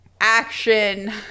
action